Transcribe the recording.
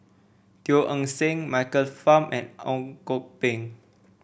Teo Eng Seng Michael Fam and Ang Kok Peng